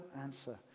answer